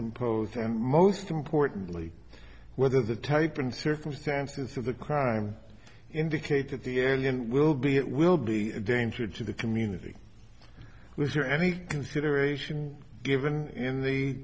and most importantly whether the type and circumstances of the crime indicate that the end will be it will be a danger to the community was there any consideration given in the